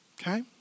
okay